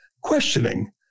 questioning